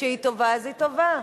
כשהיא טובה אז היא טובה.